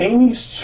Amy's